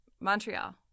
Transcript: Montreal